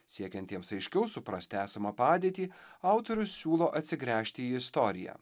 siekiantiems aiškiau suprasti esamą padėtį autorius siūlo atsigręžti į istoriją